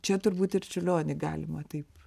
čia turbūt ir čiurlionį galima taip